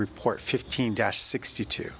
report fifteen dash sixty two